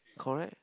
correct